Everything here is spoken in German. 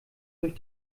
durch